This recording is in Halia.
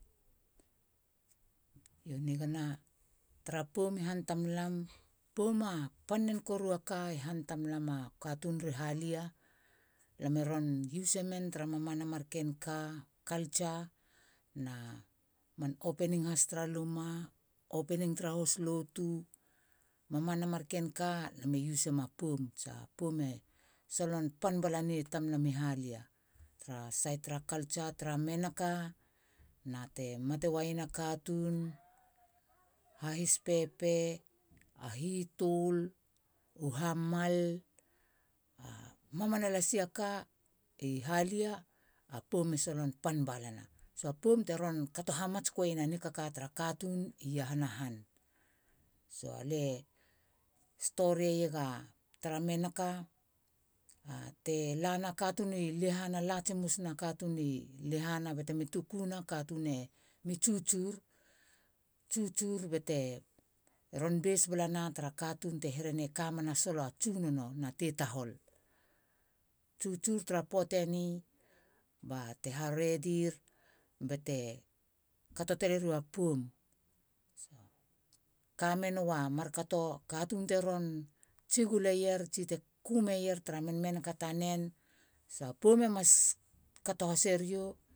Io nigana. pom i han tamlam. pom a panen koru e ka i han tamlam u katun ri halia lam e ron use e men tara mamana mar ken culture na openning has tra luma. openning tra hos- lotu mamana na marken ka lame use sema pom. tsia pom e solon pan bala na tra lam i halia. tra sait tra culture tra menaka na te mate weiena katun, hahispepe. a hitul. u hamal a mamana lasi a ka i halia a pom e solon pan balana. So. a pom teron kato hamatsku eiena nikaka tra katun i iahana han. so alia stori eieg ga. tra menaka. a telana katun i lehana. la tsimus. na katun i lehana ban te mi tukuna katun e mi tsutsu ba te ron base bala tara katun te herena kamena solo tsunono na tei- tahol. tsutsu tara puate ni ba ra te haredir bate kato tale rua poum. kamena markato. katun teron tsigul e ier. kume ier. tara menaka tanen sa poum e mas kato has e riou